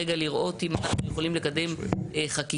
רגע לראות אם אנחנו יכולים לקדם חקיקות.